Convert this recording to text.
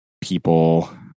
people